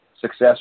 success